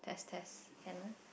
test test can ah